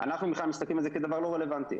אנחנו בכלל מסתכלים על זה כדבר לא רלבנטי.